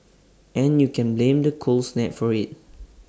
and you can blame the cold snap for IT